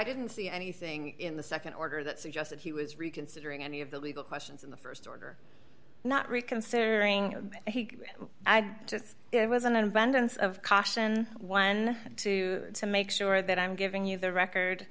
didn't see anything in the nd order that suggested he was reconsidering any of the legal questions in the st order not reconsidering i just it was an abandoned of caution when to to make sure that i'm giving you the record